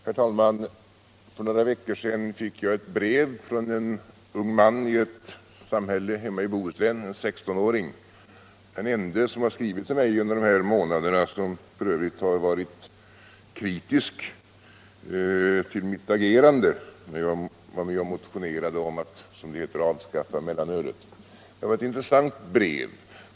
Herr talman! För några veckor sedan fick jag ett brev från en ung man i ett samhälle hemma i Bohuslän, en 16-åring, f.ö. den ende av dem som skrivit till mig under de här månaderna som har varit kritisk mot mitt agerande när jag var med och motionerade om att, som det heter, avskaffa mellanölet. Det var ett intressant brev.